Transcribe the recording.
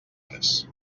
res